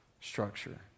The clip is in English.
structure